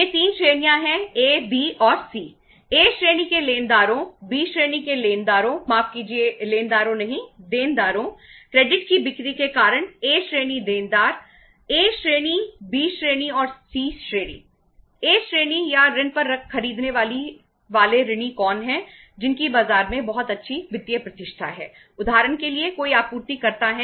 ये 3 श्रेणियां हैं ए के लिए एक नियमित आपूर्तिकर्ता है